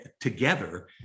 together